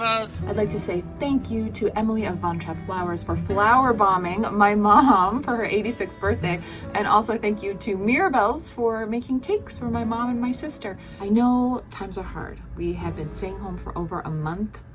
i'd like to say thank you to emily of von trapp flowers for flower bombing my mom for her eighty sixth birthday and also thank you to mirabelles for making cakes for my mom and my sister. i know times are hard, we have been staying home for over a month,